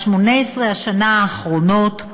ב-18 השנה האחרונות,